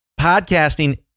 Podcasting